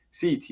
CT